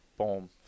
Boom